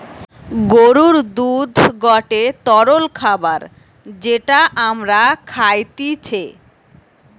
গরুর দুধ গটে তরল খাবার যেটা আমরা খাইতিছে